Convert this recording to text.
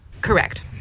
correct